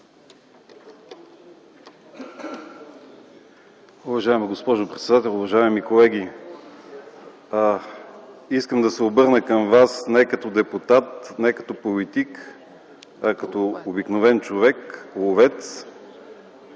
Уважаема госпожо председател, уважаеми колеги! Искам да се обърна към вас не като депутат, не като политик, а като обикновен човек, ловец.